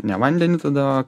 ne vandenį tada